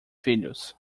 filhos